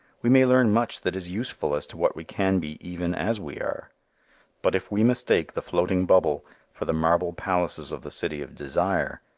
we may learn much that is useful as to what we can be even as we are but if we mistake the floating bubble for the marble palaces of the city of desire,